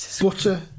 butter